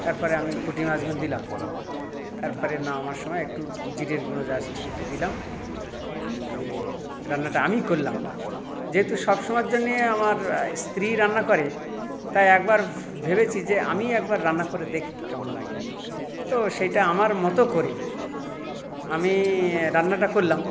তারপরে আমি পুঁটি মাছগুলো দিলাম দিয়ে তারপরে নামাবার সময় একটু জিরের গুঁড়ো জাস্ট একটু দিলাম দিয়ে রান্নাটা আমিই করলাম যেহেতু সব সময়ের জন্য আমার স্ত্রী রান্না করে তাই একবার ভেবেছি যে আমিই একবার রান্না করে দেখি কেমন লাগে তো সেটা আমার মতো করে আমি রান্নাটা করলাম